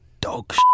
dog